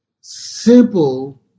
simple